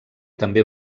també